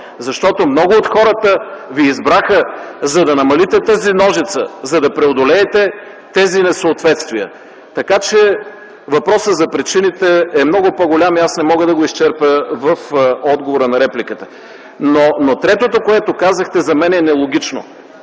защото много от хората ви избраха, за да намалите тази ножица, за да преодолеете тези несъответствия. Въпросът за причините е много по-голям и аз не мога да го изчерпя в отговора на репликата. Но третото, което казахте, за мен е нелогично: